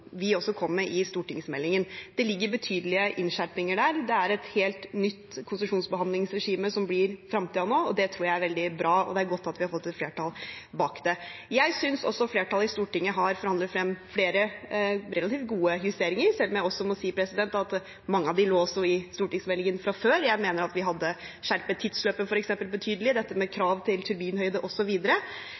stortingsmeldingen. Det ligger betydelige innskjerpinger der. Det er et helt nytt konsesjonsbehandlingsregime som blir fremtiden nå. Det tror jeg er veldig bra, og det er godt at vi har fått et flertall bak det. Jeg synes også flertallet i Stortinget har forhandlet frem flere relativt gode justeringer, selv om jeg også må si at mange av dem også lå i stortingsmeldingen fra før. Jeg mener at vi f.eks. hadde skjerpet tidsløpet betydelig, dette med krav til turbinhøyde